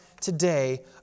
today